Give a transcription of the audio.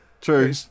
True